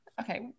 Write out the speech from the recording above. okay